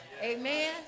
amen